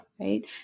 Right